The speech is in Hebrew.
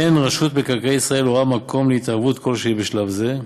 אין רשות מקרקעי ישראל רואה מקום להתערבות כלשהי בשלב זה.